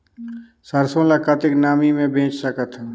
सरसो ल कतेक नमी मे बेच सकथव?